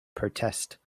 protest